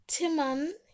Timon